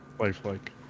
lifelike